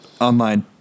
Online